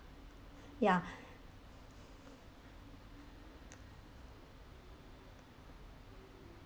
ya